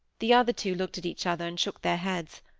the other two looked at each other, and shook their heads.